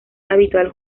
habitual